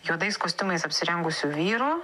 juodais kostiumais apsirengusių vyrų